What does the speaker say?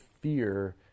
fear